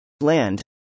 Land